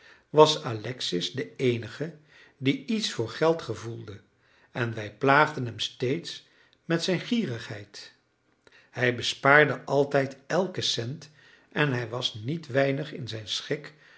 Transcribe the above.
was alexis de eenige die iets voor geld gevoelde en wij plaagden hem steeds met zijn gierigheid hij bespaarde altijd elke cent en hij was niet weinig in zijn schik